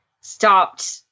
stopped